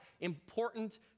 important